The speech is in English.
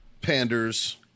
panders